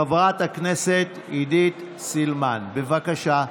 חברת הכנסת עידית סילמן, בבקשה.